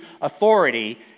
authority